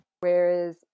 Whereas